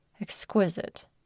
Exquisite